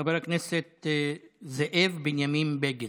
חבר הכנסת זאב בנימין בגין,